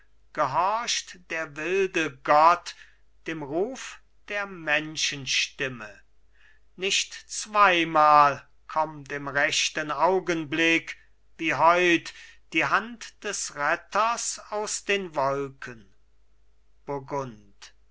gehorcht der wilde gott dem ruf der menschenstimme nicht zweimal kommt im rechten augenblick wie heut die hand des retters aus den wolken